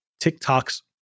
TikTok's